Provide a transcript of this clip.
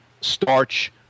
starch